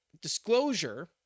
disclosure